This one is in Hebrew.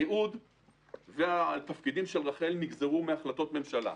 הייעוד והתפקידים של רח"ל נגזרו מהחלטות ממשלה.